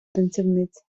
танцівниць